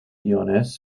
iones